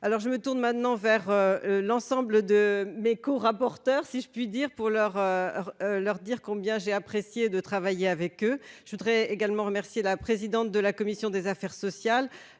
alors je me tourne maintenant vers l'ensemble de mes co- rapporteur, si je puis dire, pour leur leur dire combien j'ai apprécié de travailler avec eux, je voudrais également remercier la présidente de la commission des affaires sociales,